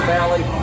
Valley